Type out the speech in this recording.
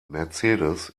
mercedes